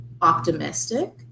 optimistic